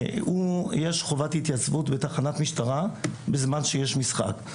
יש חובת התייצבות בתחנת משטרה בזמן שיש משחק.